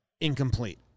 incomplete